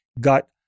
got